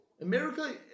America